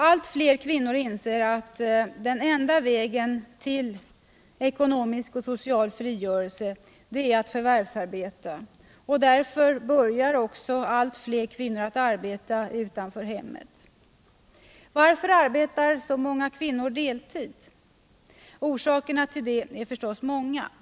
Allt fler kvinnor inser att den enda vägen till ekonomisk och social frigörelse är att förvärvsarbeta, och därför börjar också allt fler kvinnor att arbeta utanför hemmet. Varför arbetar så många kvinnor på deltid? Orsakerna till det är förstås många.